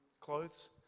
clothes